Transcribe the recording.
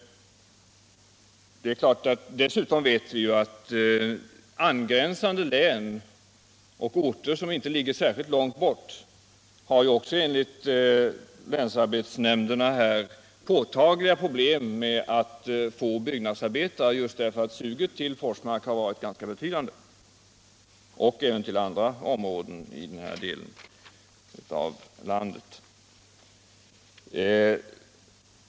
Dessutom har angränsande län och orter, som inte ligger särskilt långt bort, enligt länsarbetsnämnderna påtagliga problem med att få byggnadsarbetare därför att suget till Forsmark har varit ganska betydande — och även till andra områden i den här delen av landet.